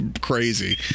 crazy